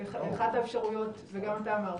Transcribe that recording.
אחת האפשרויות, ואת זה גם אתה אמרת,